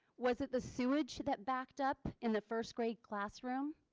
was it the sewage that backed up in the first grade classroom.